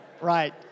right